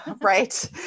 Right